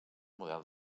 model